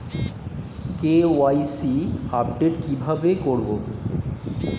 KYC update কি ভাবে করবো?